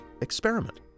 experiment